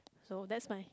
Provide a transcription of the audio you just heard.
so that's my